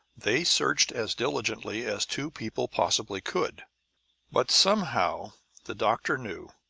they searched as diligently as two people possibly could but somehow the doctor knew,